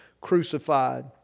crucified